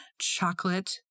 chocolate